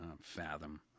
fathom